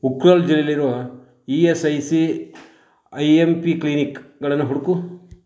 ಉಕ್ರಲ್ ಜಿಲ್ಲೆಯಲ್ಲಿರೋ E S I C I M P ಕ್ಲಿನಿಕ್ಗಳನ್ನು ಹುಡುಕು